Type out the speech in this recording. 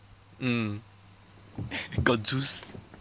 mm got juice